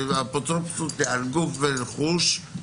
אפוטרופסות על גוף ורכוש,